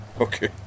Okay